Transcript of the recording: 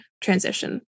transition